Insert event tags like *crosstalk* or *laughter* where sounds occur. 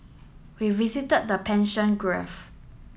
we visited the *unintelligible* Gulf